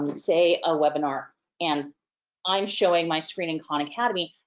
and say, a webinar and i'm showing my screen in khan academy,